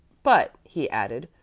but, he added,